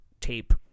tape